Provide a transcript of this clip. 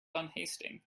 unhasting